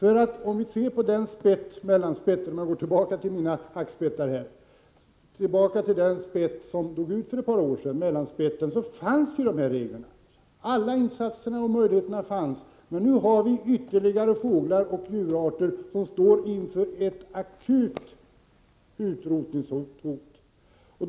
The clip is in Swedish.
Om vi ser tillbaka på hur det gick för mellanspetten — jag återkommer till mina hackspettar — upptäcker vi att dessa regler fanns, att alla möjligheter fanns tillgängliga då mellanspetten dog ut för ett par år sedan. Nu står ytterligare fågeloch djurarter inför ett akut utrotningshot.